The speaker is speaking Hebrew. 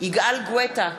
יגאל גואטה,